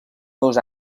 dos